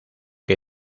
que